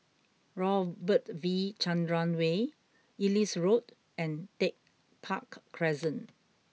Robert V Chandran Way Ellis Road and Tech Park Crescent